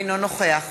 אינו נוכח